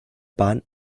bahn